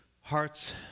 Hearts